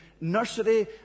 nursery